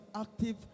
active